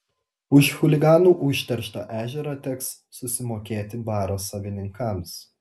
už chuliganų užterštą ežerą teks susimokėti baro savininkams